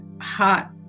hot